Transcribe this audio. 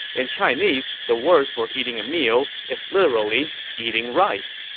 in chinese, the word for eating a meal is literally eating rice.